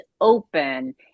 open